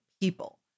people